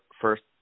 first